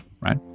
right